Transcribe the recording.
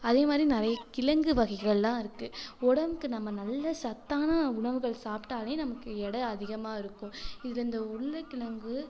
அதே மாதிரி நிறைய கிழங்கு வகைகளெல்லாம் இருக்குது உடம்புக்கு நம்ம நல்ல சத்தான உணவுகள் சாப்பிட்டாலே நமக்கு எடை அதிகமாக இருக்கும் இதில் இந்த உருளக்கிழங்கு